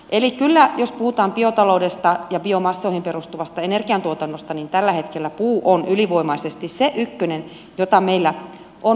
eli kyllä jos puhutaan biotaloudesta ja biomassoihin perustuvasta energiantuotannosta tällä hetkellä puu on ylivoimaisesti se ykkönen jota meillä on mahdollista käyttää